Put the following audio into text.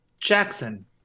Jackson